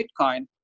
Bitcoin